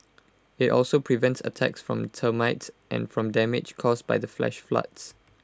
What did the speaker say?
IT also prevents attacks from termites and from damage caused by the flash floods